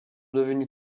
devenus